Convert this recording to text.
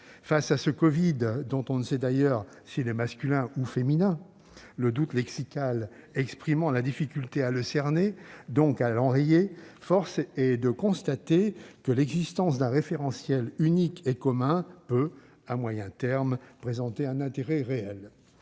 Face à ce covid, dont on ne sait d'ailleurs s'il est masculin ou féminin, le doute lexical exprimant la difficulté à le cerner et donc à l'enrayer, force est de le constater : l'existence d'un référentiel unique et commun peut, à moyen terme, présenter un intérêt réel.